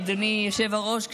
אדוני היושב-ראש,